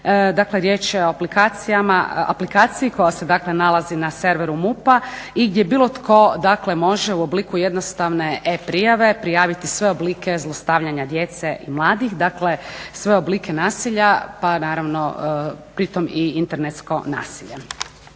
dakle riječ je aplikaciji koja se dakle nalazi na severu MUP-a i gdje bilo tko dakle može u obliku jednostavne e prijave prijaviti sve oblike zlostavljanja djece i mladih, dakle sve oblike nasilja pa naravno pri tom i internetsko nasilje.